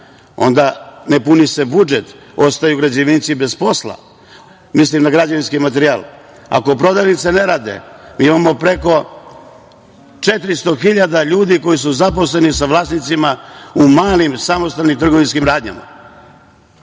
onda se ne puni budžet, ostaju građevinci bez posla, mislim na građevinski materijal. Ako prodavnice ne rade, mi imamo preko 400 hiljada ljudi koji su zaposleni sa vlasnicima u malim samostalnim trgovinskim radnjama